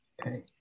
Okay